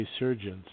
resurgence